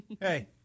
hey